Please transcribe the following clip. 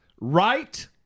Right